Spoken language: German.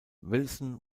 wilson